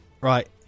Right